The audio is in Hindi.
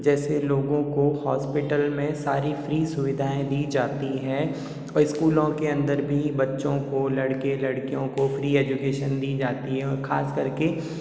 जैसे लोगों को हॉस्पिटल में सारी फ्री सुविधाएं दी जाती हैं और स्कूलों के अंदर भी बच्चों को लड़के लडकीयों को फ्री एजुकेशन दी जाती है और खासकर के